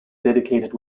dedicated